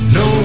no